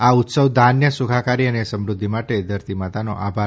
આ ઉત્સવ ધાન્ય સુખાકારી અને સમૃદ્ધિ માટે ધરતીમાતાનો આભાર